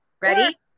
Ready